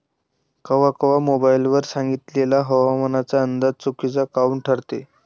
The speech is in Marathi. कवा कवा मोबाईल वर सांगितलेला हवामानाचा अंदाज चुकीचा काऊन ठरते?